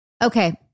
Okay